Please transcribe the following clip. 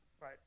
right